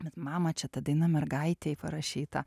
bet mama čia ta daina mergaitei parašyta